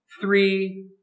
Three